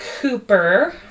Cooper